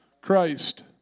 Christ